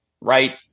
right